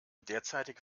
derzeitige